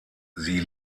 sie